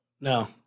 No